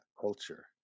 culture